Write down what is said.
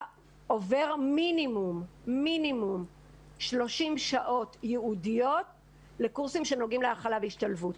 עובר מינימום 30 שעות ייעודיות לקורסים שנוגעים להכלה והשתלבות.